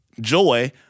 joy